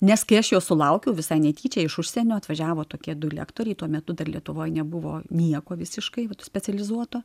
nes kai aš jos sulaukiau visai netyčia iš užsienio atvažiavo tokie du lektoriai tuo metu dar lietuvoj nebuvo nieko visiškai specializuoto